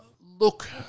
look